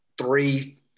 three